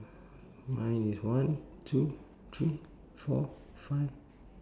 mine is one two three four five